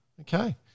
Okay